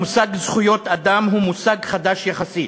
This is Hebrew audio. המושג "זכויות אדם" הוא חדש יחסית.